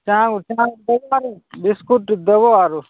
ଚା ବିସ୍କୁଟ୍ ଦେବ ଆରୁ